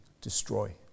destroy